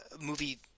movie